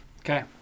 Okay